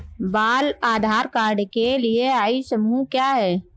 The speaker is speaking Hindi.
बाल आधार कार्ड के लिए आयु समूह क्या है?